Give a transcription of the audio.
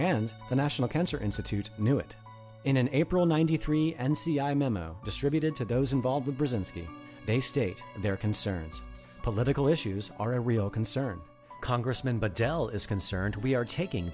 and the national cancer institute knew it in an april ninety three and c i memo distributed to those involved with brzezinski they state their concerns political issues are a real concern congressman but dell is concerned we are taking